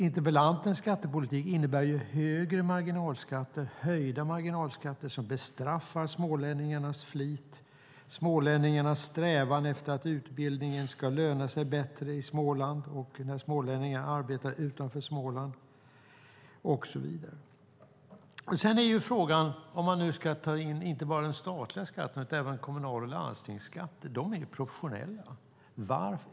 Interpellantens skattepolitik innebär däremot höjda marginalskatter som bestraffar smålänningarnas flit och deras strävan efter att utbildning ska löna sig bättre i Småland och när smålänningar arbetar utanför Småland och så vidare. Sedan är frågan om man ska ta med inte bara den statliga skatten utan även kommunal och landstingsskatter. De är proportionella.